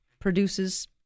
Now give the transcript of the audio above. produces